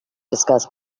discuss